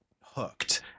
hooked